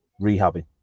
rehabbing